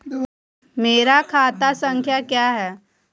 मेरा खाता संख्या क्या है?